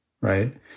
right